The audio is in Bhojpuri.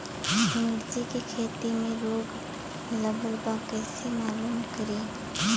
मिर्ची के खेती में रोग लगल बा कईसे मालूम करि?